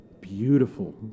beautiful